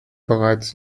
bereits